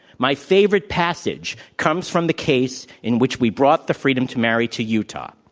my favorite passage comes from the case in which we brought the freedom to marry to utah.